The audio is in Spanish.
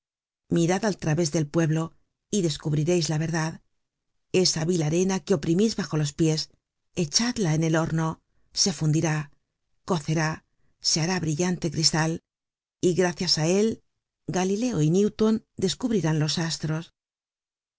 mirad al través del pueblo y descubrireis la verdad esa vil arena que oprimís bajo los pies echadla en el horno se fundirá cocerá se hará brillante cristal y gracias á él galileo y newton descubrirán los astros